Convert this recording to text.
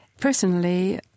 Personally